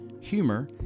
humor